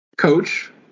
coach